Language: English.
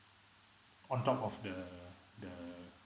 on top of the the